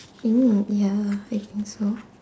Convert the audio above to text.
mm ya I think so